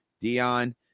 Dion